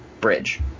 bridge